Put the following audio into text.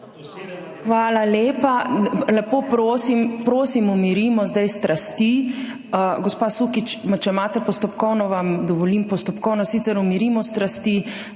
Hvala lepa. Lepo prosim, umirimo zdaj strasti. Gospa Sukič, če imate postopkovno, vam dovolim postopkovno. Sicer umirimo strasti.